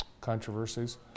controversies